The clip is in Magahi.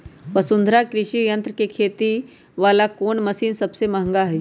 वसुंधरा कृषि यंत्र के खेती वाला कोन मशीन सबसे महंगा हई?